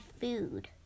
food